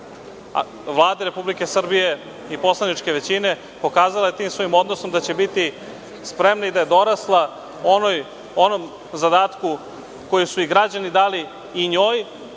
Vlade Republike Srbije i poslaničke većine, pokazala je tim svojim odnosom da će biti spremna, da je dorasla onom zadatku koji su joj i građani dali, i njoj